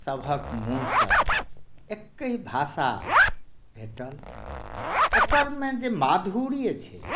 सभक मुँह सँ एकेहि भाषा भेटल एकरमे जे माधुर्य अछि